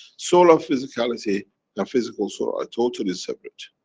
soul of physicality and physical soul are totally separate.